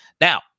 Now